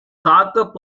காக்க